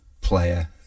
player